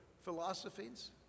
philosophies